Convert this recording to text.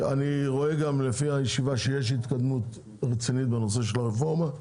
אני רואה גם לפי הישיבה שיש התקדמות רצינית בנושא של הרפורמה,